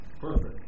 perfect